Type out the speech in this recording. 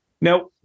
Now